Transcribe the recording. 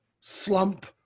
slump